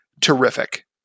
terrific